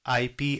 IP